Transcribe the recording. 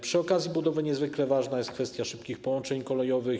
Przy okazji budowy niezwykle ważna jest kwestia szybkich połączeń kolejowych.